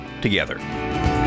together